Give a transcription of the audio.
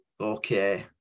okay